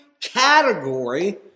category